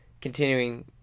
continuing